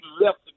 left